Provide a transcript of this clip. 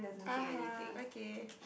(uh huh) okay